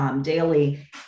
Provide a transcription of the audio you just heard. daily